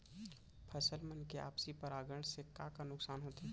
फसल मन के आपसी परागण से का का नुकसान होथे?